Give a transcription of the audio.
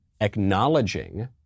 acknowledging